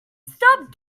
stop